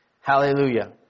Hallelujah